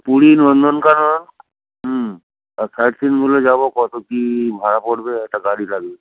পুরী নন্দনকানন হুম আর সাইট সিনগুলো যাব কত কী ভাড়া পড়বে একটা গাড়ি লাগবে